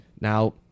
now